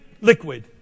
liquid